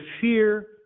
fear